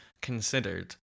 considered